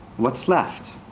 what's left?